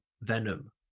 Venom